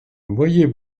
voyez